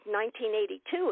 1982